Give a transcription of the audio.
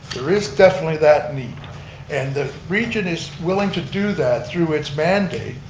there is definitely that need and the region is willing to do that through its mandate